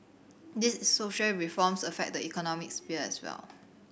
these social reforms affect the economic sphere as well